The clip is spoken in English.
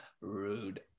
rude